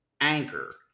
Anchor